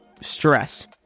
stress